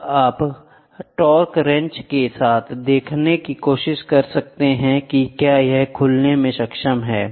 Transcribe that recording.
अब आप torque wrench के साथ देखने की कोशिश करते हैं कि क्या यह खोलने में सक्षम है